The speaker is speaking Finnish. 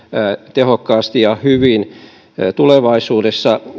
tehokkaasti ja hyvin tulevaisuudessa